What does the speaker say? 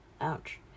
Ouch